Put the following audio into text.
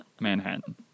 Manhattan